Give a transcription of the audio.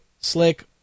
Slick